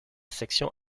section